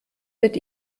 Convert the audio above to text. wird